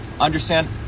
understand